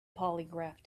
polygraph